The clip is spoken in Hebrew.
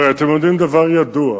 הרי אתם יודעים דבר ידוע.